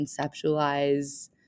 conceptualize